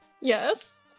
Yes